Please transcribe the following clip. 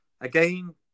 Again